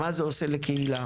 מה זה עושה לקהילה?